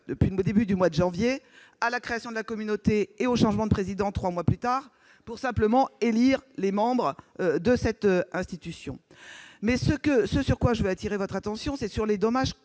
depuis le début du mois de janvier à la création de la communauté et au changement de président- trois mois plus tard -, pour simplement élire les membres de cette institution ! J'appelle votre attention sur les dommages